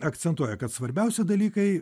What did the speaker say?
akcentuoja kad svarbiausi dalykai